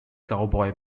cowboy